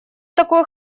такой